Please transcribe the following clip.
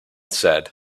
said